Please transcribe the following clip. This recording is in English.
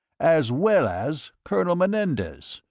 as well as colonel menendez?